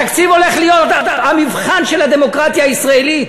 התקציב הולך להיות המבחן של הדמוקרטיה הישראלית: